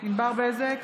ענבר בזק,